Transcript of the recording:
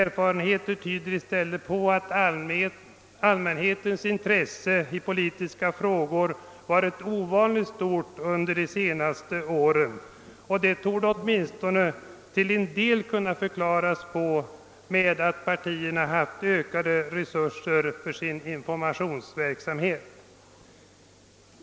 Mycket tyder i stället på att allmänhetens intresse för politiska frågor varit ovanligt stort under de senaste åren. Detta torde åtminstone till en del kunna förklaras med att partierna haft ökade resurser för sin informationsverksamhet. "